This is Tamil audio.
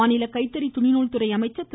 மாநில கைத்தறி துணிநூல் துறை அமைச்சர் திரு